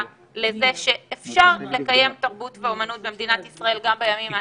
לזה שאפשר לקיים תרבות ואמנות במדינת ישראל גם בימים האלה.